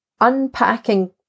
Unpacking